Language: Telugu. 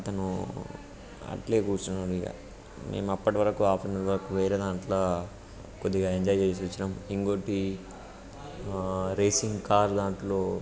అతను అట్లే కూర్చున్నాడు ఇక మేము అప్పటి వరకు ఆఫ్టర్నూన్ వరకు వేరే దాంట్లో కొద్దిగా ఎంజాయ్ చేసి వచ్చినాము ఇంకొకటి రేసింగ్ కార్ దాంట్లో